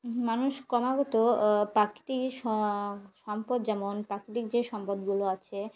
মানুষ ক্রমাগত প্রাকৃতিক সম্পদ যেমন প্রাকৃতিক যে সম্পদগুলো আছে